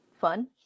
Fun